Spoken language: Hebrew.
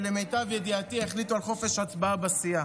ולמיטב ידיעתי החליטו על חופש הצבעה בסיעה.